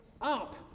up